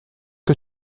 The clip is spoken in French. que